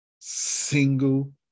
single